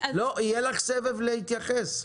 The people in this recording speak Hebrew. יהיה לך סבב להתייחסויות.